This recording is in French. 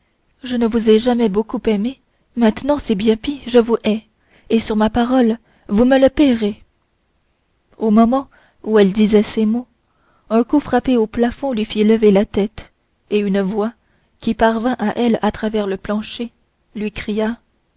je ne vous ai jamais beaucoup aimé maintenant c'est bien pis je vous hais et sur ma parole vous me le paierez au moment où elle disait ces mots un coup frappé au plafond lui fit lever la tête et une voix qui parvint à elle à travers le plancher lui cria